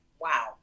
wow